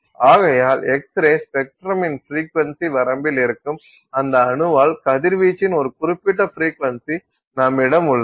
ஆகையால் எக்ஸ்ரே ஸ்பெக்ட்ரமின் ஃப்ரீக்வென்சி வரம்பில் இருக்கும் அந்த அணுவால் கதிர்வீச்சின் ஒரு குறிப்பிட்ட ஃப்ரீக்வென்சி நம்மிடம் உள்ளது